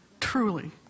truly